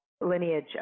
lineage